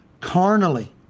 carnally